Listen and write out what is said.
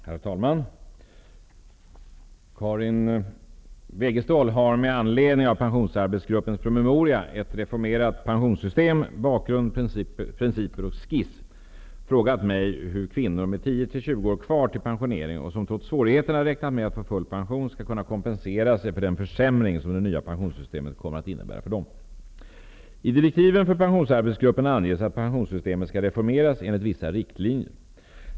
Herr talman! Karin Wegestål har med anledning av pensionsarbetsgruppens promemoria Ett reformerat pensionssystem -- Bakgrund, principer och skiss frågat mig hur kvinnor med 10--20 år kvar till pensioneringen, och som trots svårigheterna räknat med att få full pension, skall kunna kompensera sig för den försämring som det nya pensionssystemet kommer att innebära för dem. I direktiven för pensionsarbetsgruppen anges att pensionssystemet skall reformeras enligt vissa riktlinjer.